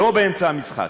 לא באמצע המשחק.